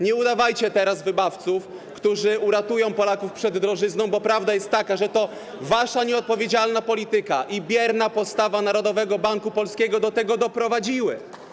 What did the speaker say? Nie udawajcie teraz wybawców, którzy uratują Polaków przed drożyzną, bo prawda jest taka, że to wasza nieodpowiedzialna polityka i bierna postawa Narodowego Banku Polskiego do tego doprowadziły.